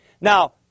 Now